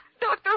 Doctor